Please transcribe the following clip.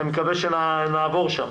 אני מקווה שנעבור שם.